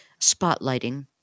spotlighting